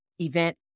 event